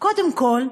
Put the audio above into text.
קודם כול,